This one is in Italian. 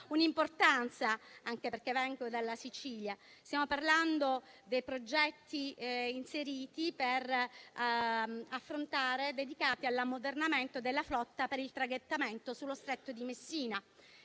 importanza, anche perché vengo dalla Sicilia. Stiamo parlando dei progetti dedicati all'ammodernamento della flotta per il traghettamento sullo stretto di Messina